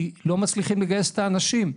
כי לא מצליחים לגייס את האנשים.